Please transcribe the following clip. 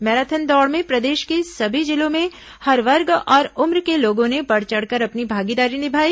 marathon दौड़ में प्रदेश के सभी जिलों में हर वर्ग और उम्र के लोगों ने बढ़ चढ़कर अपनी भागीदारी निभाई